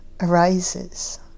arises